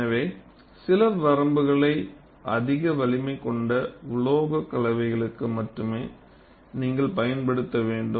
எனவே சில வரம்புகளை அதிக வலிமை கொண்ட உலோகக் கலவைகளுக்கு மட்டுமே நீங்கள் பயன்படுத்த வேண்டும்